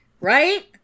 Right